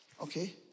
okay